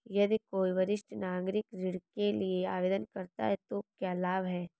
यदि कोई वरिष्ठ नागरिक ऋण के लिए आवेदन करता है तो क्या लाभ हैं?